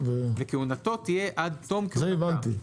וכהונתו תהיה עד תום- - זה הבנתי.